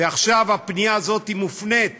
ועכשיו הפניה הזאת מופנית